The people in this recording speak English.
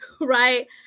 right